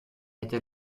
hätte